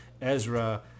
Ezra